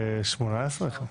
12 שעות.